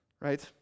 Right